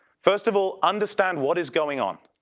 first of all understand what is going on.